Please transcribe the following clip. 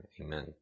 amen